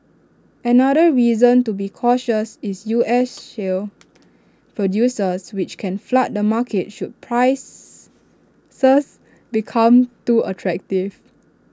another reason to be cautious is U S shale producers which can flood the market should prices become too attractive